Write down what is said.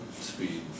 speed